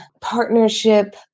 partnership